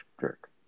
jerk